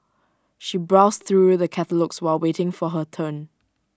she browsed through the catalogues while waiting for her turn